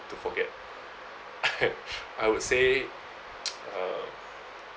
to forget I would say uh